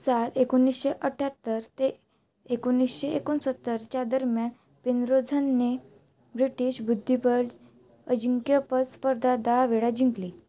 साल एकोणीसशे अठ्याहत्तर ते एकोणीसशे एकोणसत्तरच्या दरम्यान पिनरोझनने ब्रिटिश बुद्धिबळ अजिंक्यपद स्पर्धा दहा वेळा जिंकली